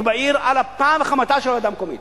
בעיר על אפה וחמתה של הוועדה המקומית?